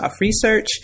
Research